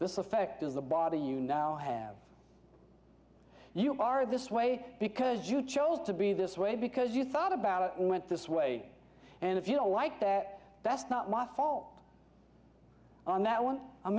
this effect is the body you now have you are this way because you chose to be this way because you thought about it and went this way and if you don't like that that's not my fault on that one i'm